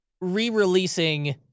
re-releasing